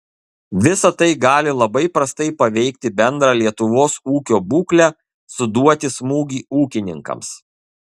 visa tai gali labai prastai paveikti bendrą lietuvos ūkio būklę suduoti smūgį ūkininkams